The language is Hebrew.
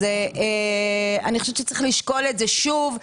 אני חושבת שצריך לשקול את זה שוב,